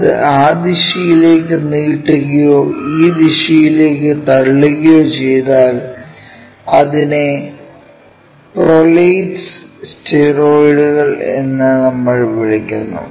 അത് ആ ദിശയിലേക്ക് നീട്ടുകയോ ഈ ദിശയിലേക്ക് തള്ളുകയോ ചെയ്താൽ അതിനെ പ്രോലേറ്റ്സ് സ്ഫെറോയിഡുകൾ എന്ന് നമ്മൾ വിളിക്കുന്നു